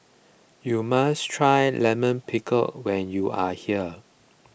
you must try Lime Pickle when you are here